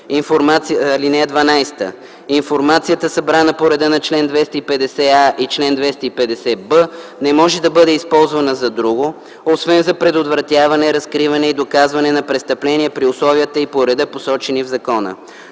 1. (12) Информацията, събрана по реда на чл. 250а и чл. 250б, не може да бъде използвана за друго, освен за предотвратяване, разкриване и доказване на престъпления при условията и по реда, посочени в закона.”